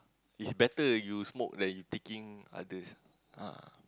it's better you smoke than you taking others ah